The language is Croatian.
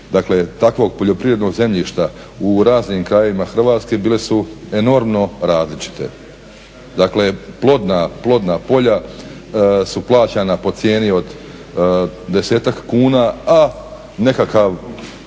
dakle takvog poljoprivrednog zemljišta u raznim krajevima Hrvatske bile su enormno različite. Dakle, plodna polja su plaćana po cijeni od 10-ak kuna, a nekakav,